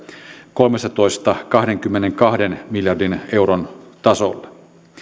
kolmestatoista kahdenkymmenenkahden miljardin euron tasolle